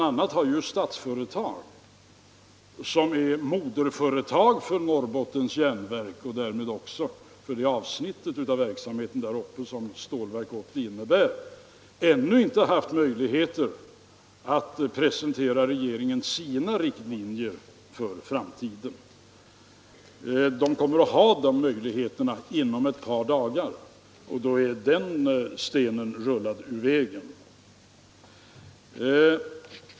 a. har Statsföretag, som ju är moderföretag för Norrbottens Järnverk och därmed också för det avsnitt av verksamheten där uppe som Stålverk 80 utgör, ännu inte haft möjligheter att presentera sina riktlinjer för framtiden. Man kommer att ha de möjligheterna inom ett par dagar och då är den stenen rullad ur vägen.